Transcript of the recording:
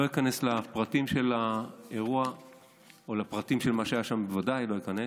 אני לא איכנס לפרטים של האירוע ולפרטים של מה שהיה שם בוודאי לא איכנס,